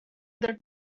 that